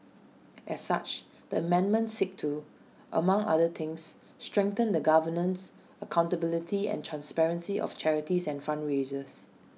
as such the amendments seek to among other things strengthen the governance accountability and transparency of charities and fundraisers